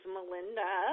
Melinda